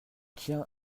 tiens